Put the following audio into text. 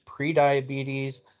prediabetes